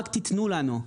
רק תיתנו לנו,